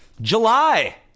July